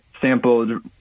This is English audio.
sampled